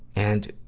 and